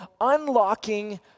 Unlocking